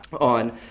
on